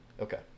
okay